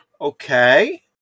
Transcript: Okay